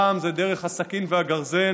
פעם זה דרך הסכין והגרזן,